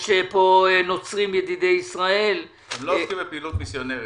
יש פה "נוצרים ידידי ישראל" -- הם לא עוסקים בפעילות מיסיונרית.